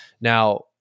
Now